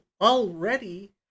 already